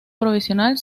provisional